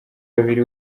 babiri